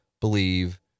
believe